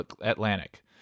Atlantic